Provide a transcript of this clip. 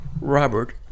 Robert